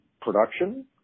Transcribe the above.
production